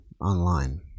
online